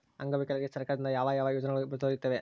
ಅಂಗವಿಕಲರಿಗೆ ಸರ್ಕಾರದಿಂದ ಯಾವ ಯಾವ ಯೋಜನೆಗಳು ದೊರೆಯುತ್ತವೆ?